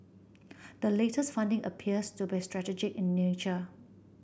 the latest funding appears to be strategy in nature